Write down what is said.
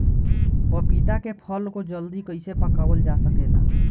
पपिता के फल को जल्दी कइसे पकावल जा सकेला?